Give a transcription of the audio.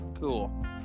Cool